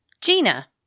Gina